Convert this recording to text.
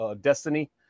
Destiny